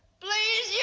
please! yeah